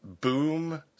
boom